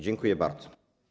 Dziękuję bardzo.